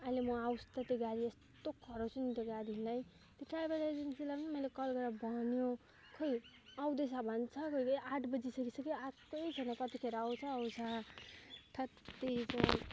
अहिले म आओस् त त्यो गाडी यस्तो कराउँछु नि त्यो गाडीलाई त्यो ट्राभल एजेन्सीलाई पनि मैले कल गरेर भन्यो खोइ आउँदैछ भन्छ खोइ खोइ आठ बजि सकिसक्यो आएकै छैन कतिखेर आउँछ आउँछ थैत तेरिका